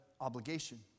obligation